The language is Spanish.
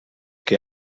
que